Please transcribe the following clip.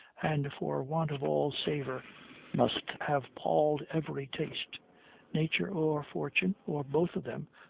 and for want of all savor must have palled every taste nature or fortune, or both of them,